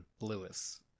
Lewis